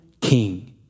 king